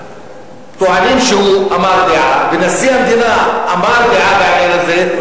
טוענים שהוא אמר דעה ונשיא המדינה אמר דעה בעניין הזה,